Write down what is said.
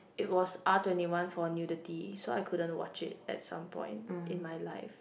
it was R-twenty-one for nudity so I couldn't watch it at some point in my life